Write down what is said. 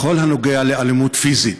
בכל הנוגע לאלימות פיזית.